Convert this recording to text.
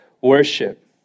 worship